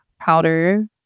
powder